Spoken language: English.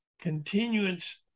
continuance